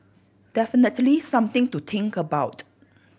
definitely something to think about